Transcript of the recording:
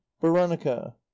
Veronica—